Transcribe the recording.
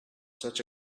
such